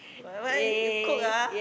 whatever you cook ah